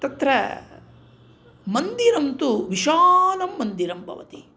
तत्र मन्दिरं तु विशालं मन्दिरं भवति